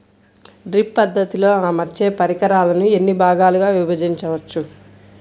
Drip పద్ధతిలో అమర్చే పరికరాలను ఎన్ని భాగాలుగా విభజించవచ్చు?